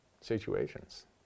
situations